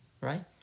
Right